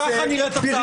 ככה נראית הצעת החוק הזאת.